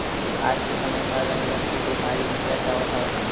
आज के समे म रंग रंग के बेमारी निकलत जावत हवय